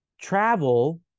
travel